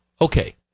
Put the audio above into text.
Okay